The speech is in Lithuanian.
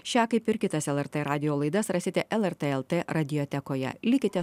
šią kaip ir kitas lrt radijo laidas rasite lrt lt radiotekoje likite